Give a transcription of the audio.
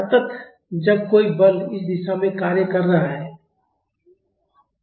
अतः जब कोई बल इस दिशा में कार्य कर रहा है तो यह द्रव्यमान इस दिशा में गति करेगा बल इस दिशा में है